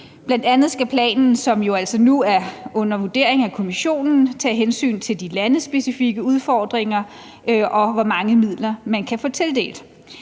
Bl.a. skal planen, som jo altså nu er under vurdering af Kommissionen, tage hensyn til de landespecifikke udfordringer, og hvor mange midler man kan få tildelt.